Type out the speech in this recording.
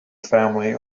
family